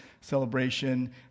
celebration